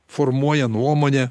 formuoja nuomonę